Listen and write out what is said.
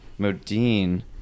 Modine